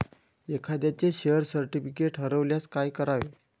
एखाद्याचे share certificate हरवल्यास काय करावे?